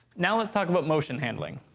now let's talk about motion handling.